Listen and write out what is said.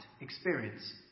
experience